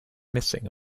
missing